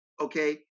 okay